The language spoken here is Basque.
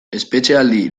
espetxealdi